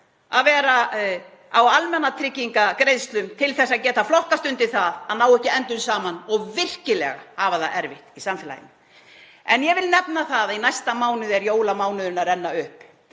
að vera á almannatryggingagreiðslum til að geta flokkast undir það að ná ekki endum saman og virkilega hafa það erfitt í samfélaginu. Ég vil nefna það að í næsta mánuði er jólamánuðinn að renna upp.